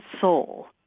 soul